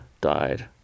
died